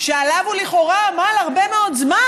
שעליו הוא לכאורה עמל הרבה מאוד זמן,